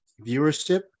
viewership